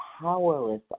powerless